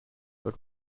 but